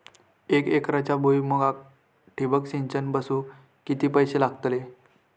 एक एकरच्या भुईमुगाक ठिबक सिंचन बसवूक किती पैशे लागतले?